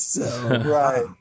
Right